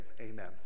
amen